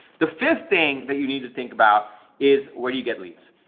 the fifth thing that you need to think about is where do you get leads?